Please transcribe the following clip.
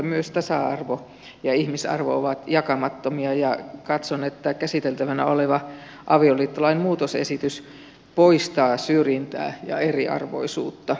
myös minulle tasa arvo ja ihmisarvo ovat jakamattomia ja katson että käsiteltävänä oleva avioliittolain muutosesitys poistaa syrjintää ja eriarvoisuutta